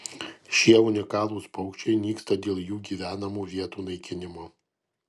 šie unikalūs paukščiai nyksta dėl jų gyvenamų vietų naikinimo